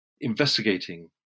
investigating